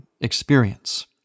experience